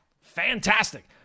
Fantastic